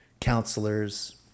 counselors